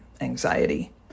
anxiety